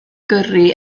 gyrru